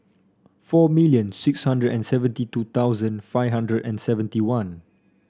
four million six hundred and seventy two thousand five hundred and seventy one